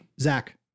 Zach